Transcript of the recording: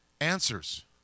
answers